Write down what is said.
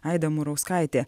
aida murauskaitė